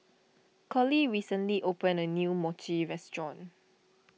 Colie recently opened a new Mochi restaurant